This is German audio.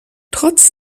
trotz